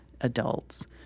adults